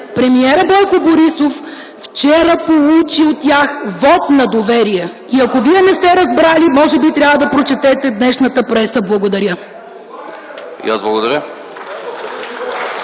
премиерът Бойко Борисов вчера получи от тях вот на доверие! И ако Вие не сте разбрали, може би трябва да прочетете днешната преса. Благодаря. (Ръкопляскания